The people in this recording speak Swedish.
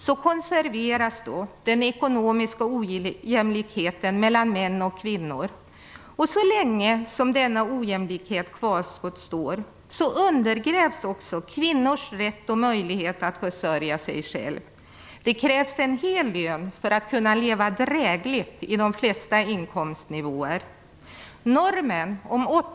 Så konserveras den ekonomiska ojämlikheten mellan män och kvinnor, och så länge denna ojämlikhet kvarstår undergrävs också kvinnors rätt och möjlighet att försörja sig själva. Det krävs en hel lön för att kunna leva drägligt i de flesta inkomstnivåer.